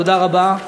תודה רבה.